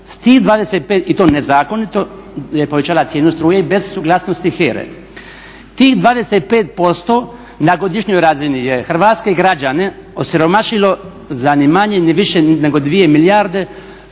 S tih 25%, i to nezakonito je povećala cijenu struke i bez suglasnosti HERE, tih 25% na godišnjoj razini je hrvatske građane osiromašilo za ni manje ni više nego 2 milijarde što